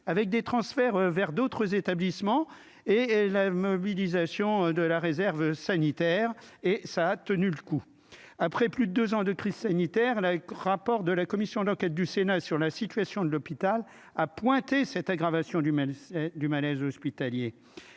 avec des transferts vers d'autres établissements et la mobilisation de la réserve sanitaire et ça a tenu le coup après plus de 2 ans de crise sanitaire là, rapport de la commission d'enquête du Sénat sur la situation de l'hôpital a pointé cette aggravation du mal du malaise hospitalier